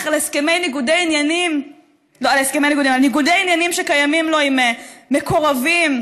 על ניגודי העניינים שקיימים לו עם מקורבים: